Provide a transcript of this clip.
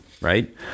right